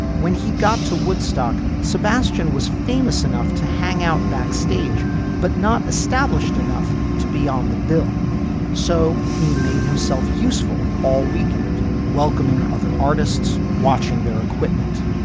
when he got to woodstock sebastian was famous enough to hang out backstage but not established enough to be on the bill so he made himself useful all weekend welcoming other artists watching their equipment.